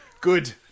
Good